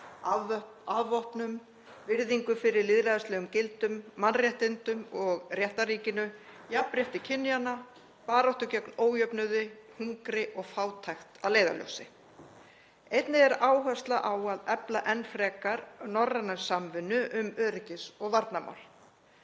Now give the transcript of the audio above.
afvopnun, virðingu fyrir lýðræðislegum gildum, mannréttindum og réttarríkinu, jafnrétti kynjanna og baráttu gegn ójöfnuði, hungri og fátækt að leiðarljósi. Einnig er áhersla á að efla enn frekar norræna samvinnu um öryggis- og varnarmál.